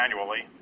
annually